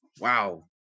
Wow